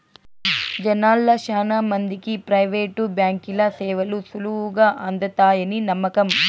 జనాల్ల శానా మందికి ప్రైవేటు బాంకీల సేవలు సులువుగా అందతాయని నమ్మకం